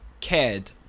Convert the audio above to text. cared